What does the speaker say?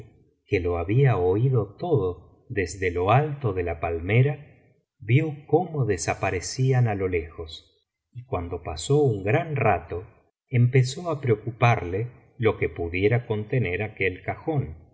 que lo había oído todo desde lo alto de la palmera vio cómo desaparecían á lo lejos y cuando pasó un gran rato empezó á preocuparle lo que pudiera contener aquel cajónpero